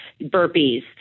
burpees